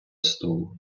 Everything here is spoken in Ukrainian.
столу